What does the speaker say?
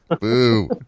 Boo